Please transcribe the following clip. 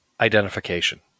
identification